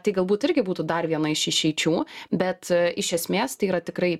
tai galbūt irgi būtų dar viena iš išeičių bet iš esmės tai yra tikrai